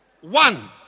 One